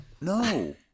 No